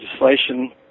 legislation